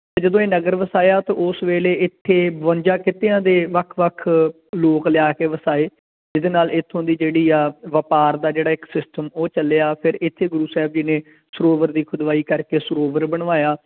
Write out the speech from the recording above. ਅਤੇ ਜਦੋਂ ਇਹ ਨਗਰ ਵਸਾਇਆ ਤਾਂ ਉਸ ਵੇਲੇ ਇੱਥੇ ਬਵੰਜਾ ਕਿੱਤਿਆਂ ਦੇ ਵੱਖ ਵੱਖ ਲੋਕ ਲਿਆ ਕੇ ਵਸਾਏ ਜਿਹਦੇ ਨਾਲ ਇੱਥੋਂ ਦੀ ਜਿਹੜੀ ਆ ਵਪਾਰ ਦਾ ਜਿਹੜਾ ਇੱਕ ਸਿਸਟਮ ਉਹ ਚੱਲਿਆ ਫਿਰ ਇੱਥੇ ਗੁਰੂ ਸਾਹਿਬ ਜੀ ਨੇ ਸਰੋਵਰ ਦੀ ਖੁਦਵਾਈ ਕਰਕੇ ਸਰੋਵਰ ਬਣਵਾਇਆ